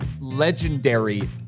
legendary